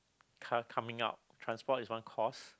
car coming out transport is one cost